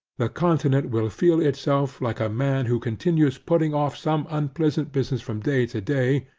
the continent will feel itself like a man who continues putting off some unpleasant business from day to day,